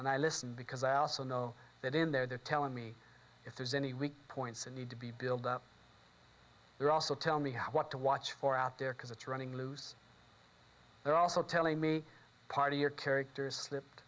and i listen because i also know that in there they're telling me if there's any weak points and need to be build up there also tell me what to watch for out there because it's running loose they're also telling me part of your character's slipped